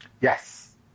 Yes